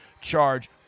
charge